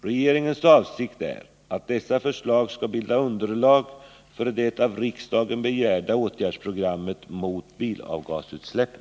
Regeringens avsikt är att dessa förslag skall bilda underlag för det av riksdagen begärda åtgärdsprogrammet mot bilavgasutsläppen.